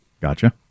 Gotcha